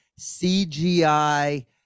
CGI